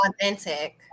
Authentic